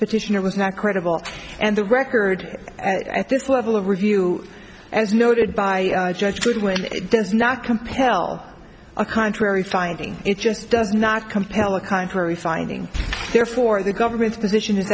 petitioner was not credible and the record at this level of review as noted by judge could when it does not compel a contrary finding it just does not compel a contrary finding therefore the government's position is